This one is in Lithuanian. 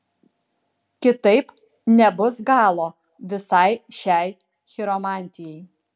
kitaip nebus galo visai šiai chiromantijai